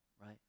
right